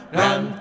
run